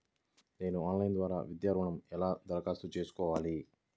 నేను ఆన్లైన్ ద్వారా విద్యా ఋణంకి ఎలా దరఖాస్తు చేసుకోవాలి?